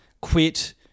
quit